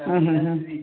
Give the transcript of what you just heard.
ହଁ ହଁ ହଁ